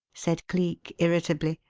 said cleek, irritably.